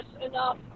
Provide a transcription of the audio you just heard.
enough